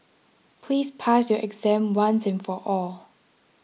please pass your exam once and for all